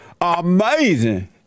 Amazing